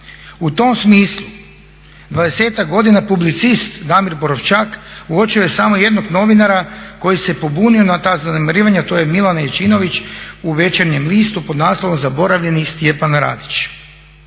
U tom smislu 20-ak godina publicist Damir Borovčak uočio je samo jednog novinara koji se pobunio na ta zanemarivanja a to je Milan Jajčinović u Večernjem listu pod naslovom "Zaboravljeni Stjepan Radić".